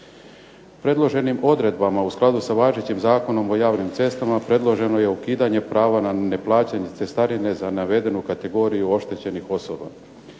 Predloženim odredbama u skladu sa važećim Zakonom o javnim cestama predloženo je ukidanje prava na neplaćanje cestarine za navedenu kategoriju oštećenih osoba.